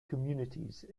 communities